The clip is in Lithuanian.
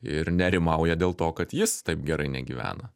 ir nerimauja dėl to kad jis taip gerai negyvena